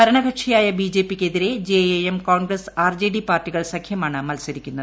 ഭരണകക്ഷിയായ ബിജെപിക്ക് എതിരെ ജെഎംഎം കോൺഗ്രസ് ആർജെഡി പാർട്ടികൾ സഖ്യമാണ് മത്സരിക്കുന്നത്